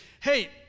hey